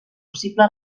possible